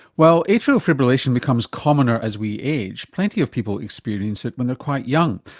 while atrial fibrillation becomes commoner as we age, plenty of people experience it when they're quite young.